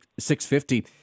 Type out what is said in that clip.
650